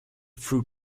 fruit